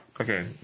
Okay